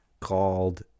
called